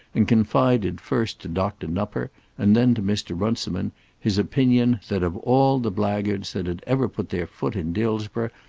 and confided first to dr. nupper and then to mr. runciman his opinion, that of all the blackguards that had ever put their foot in dillsborough,